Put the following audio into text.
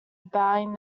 bowing